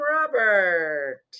Robert